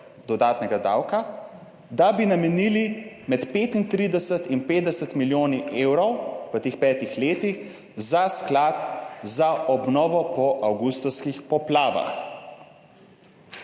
dodatnega davka, da bi namenili med 35 in 50 milijoni evrov v teh 5-ih letih za sklad za obnovo po avgustovskih poplavah.